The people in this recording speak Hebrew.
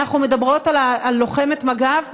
אנחנו מדברות על לוחמת מג"ב?